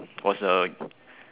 was a